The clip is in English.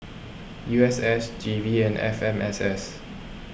U S S G V and F M S S